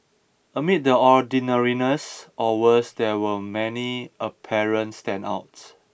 amid the ordinariness or worse there were many apparent standouts